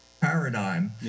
paradigm